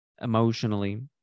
emotionally